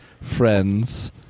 Friends